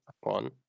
one